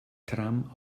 tram